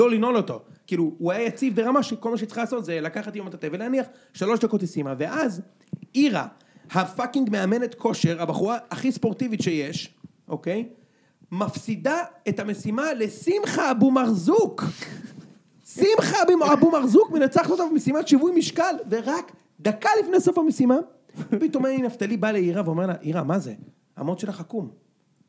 לא לנעול אותו, כאילו הוא היה יציב ברמה שכל מה שצריך לעשות זה לקחת עם המטאטא ולהניח שלוש דקות היא סיימה ואז עירה, הפאקינג מאמנת כושר, הבחורה הכי ספורטיבית שיש, אוקיי, מפסידה את המשימה לשמחה אבו מרזוק שמחה אבו מרזוק מנצחת אותה במשימת שיווי משקל ורק דקה לפני סוף המשימה, פתאום הנפתלי בא לעירה ואומר לה עירה מה זה? המוט שלך עקום